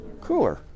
Cooler